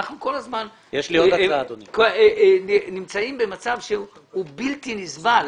אנחנו כל הזמן נמצאים במצב שהוא בלתי נסבל.